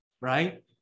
right